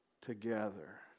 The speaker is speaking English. together